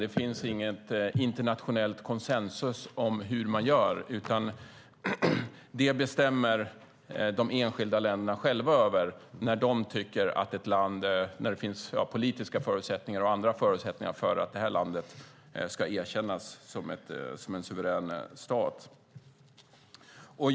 Det finns ingen internationell konsensus om hur man gör, utan de enskilda länderna bestämmer själva när de tycker att det finns politiska och andra förutsättningar för att ett land ska erkännas som suverän stat.